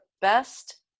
best